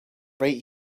right